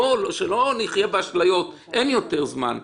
שלא נחיה באשליות, אין יותר זמן,